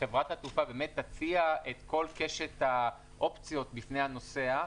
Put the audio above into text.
חברת התעופה באמת תציע את כל קשת האופציות בפני הנוסע,